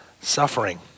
suffering